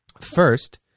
First